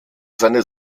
seine